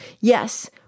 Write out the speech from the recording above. Yes